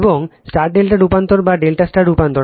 এবং Y ∆ রূপান্তর বা ∆ Y রূপান্তর